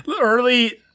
early